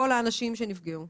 כל מי שנפגע יכול לפנות אליו.